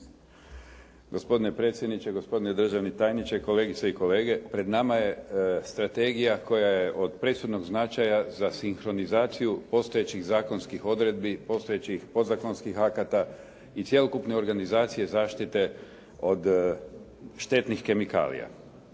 Gospodine predsjedniče, gospodine državni tajniče, kolegice i kolege. Pred nama je strategija koja je od presudnog značaja za sinhronizaciju postojećih zakonskih odredbi, postojećih podzakonskih akata i cjelokupne organizacije zaštite od štetnih kemikalija.